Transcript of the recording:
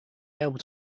able